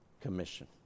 commission